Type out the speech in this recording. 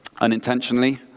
unintentionally